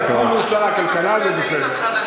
אתה בכל זאת שר הכלכלה, זה בסדר.